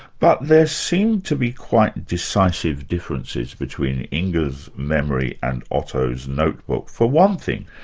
but there seemed to be quite decisive differences, between inga's memory and otto's notebook. for one thing,